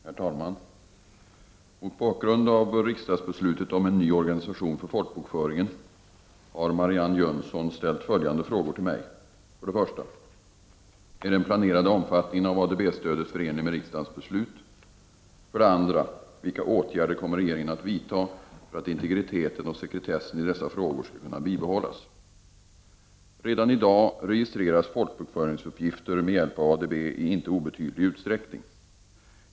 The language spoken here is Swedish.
Herr talman! Mot bakgrund av riksdagsbeslutet om en ny organisation för folkbokföringen har Marianne Jönsson ställt följande frågor till mig: 1. Är den planerade omfattningen av ADB-stödet förenlig med riksdagens beslut? Redan i dag registreras folkbokföringsuppgifter med hjälp av ADB i inte obetydlig utsträckning.